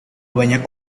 banyak